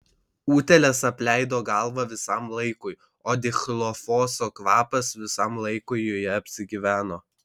utėlės apleido galvą visam laikui o dichlofoso kvapas visam laikui joje apsigyveno